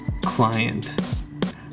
client